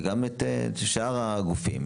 וגם את שאר הגופים.